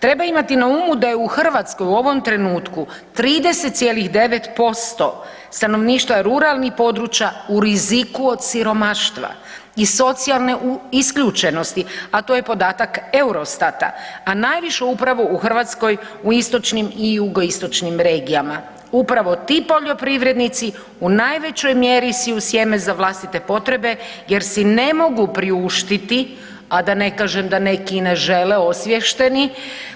Treba imati na umu da je u Hrvatskoj u ovom trenutku 30,9% stanovništva ruralnih područja u riziku od siromaštva i socijalne isključenosti, a to je podatak EUROSTAT-a, a najviše upravo u Hrvatskoj u istočnim i jugoistočnim regijama, upravo ti poljoprivrednici u najvećoj mjeri siju sjeme za vlastite potrebe jer si ne mogu priuštiti, a da ne kažem da neki i ne žele, osviješteni,